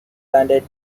landed